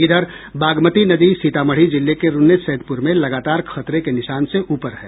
इधर बागमती नदी सीतामढ़ी जिले के रून्नी सैदपुर में लगातार खतरे के निशान से ऊपर है